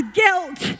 guilt